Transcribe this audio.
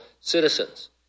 citizens